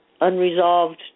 unresolved